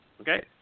Okay